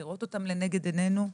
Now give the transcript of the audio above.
לראותן לנגד עינינו.